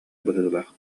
быһыылаах